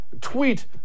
tweet